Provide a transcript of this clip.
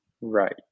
Right